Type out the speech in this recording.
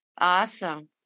Awesome